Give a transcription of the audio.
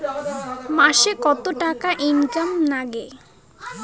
মাসে কত টাকা ইনকাম নাগে?